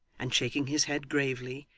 and shaking his head gravely,